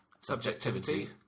subjectivity